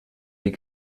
die